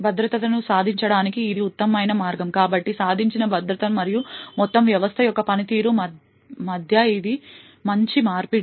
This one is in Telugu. భద్రతను సాధించడానికి ఇది ఉత్తమమైన మార్గం కానప్పటికీ సాధించిన భద్రత మరియు మొత్తం వ్యవస్థ యొక్క పనితీరు మధ్య ఇది మంచి మార్పిడి